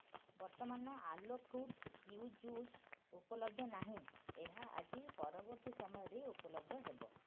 ବର୍ତ୍ତମାନ ଆଲୋ ଫ୍ରୁଟ୍ କ୍ୟୁ ଜୁସ୍ ଉପଲବ୍ଧ ନାହିଁ ଏହା ଆଜି ପରବର୍ତ୍ତୀ ସମୟରେ ଉପଲବ୍ଧ ହେବ